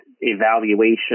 evaluation